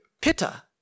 pitta